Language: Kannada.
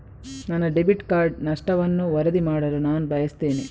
ನನ್ನ ಡೆಬಿಟ್ ಕಾರ್ಡ್ ನಷ್ಟವನ್ನು ವರದಿ ಮಾಡಲು ನಾನು ಬಯಸ್ತೆನೆ